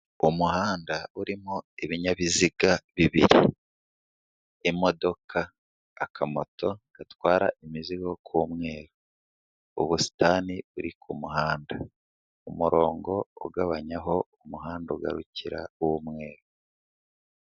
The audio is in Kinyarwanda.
Umuhanda urimo ibinyabiziga bibiri, imodoka, akamoto gatwara imizigo k'umweru, ubusitani buri ku muhanda, umurongo ugabanya aho umuhanda ugarukira w'umweru.